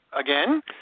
again